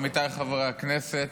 עמיתיי חברי הכנסת,